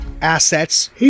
assets